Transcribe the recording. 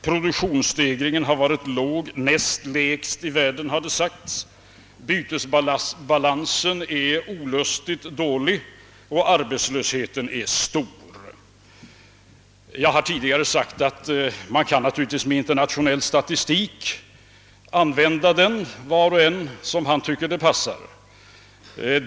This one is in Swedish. Produktionsstegringen har varit låg — näst lägst i världen har det sagts — bytesbalansen är olustigt dålig och arbetslösheten är stor, Jag har tidigare sagt att var och en givetvis kan, allteftersom han tycker det passar, använda internationell statistik.